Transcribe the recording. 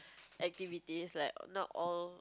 activities like or not all